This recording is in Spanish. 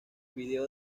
video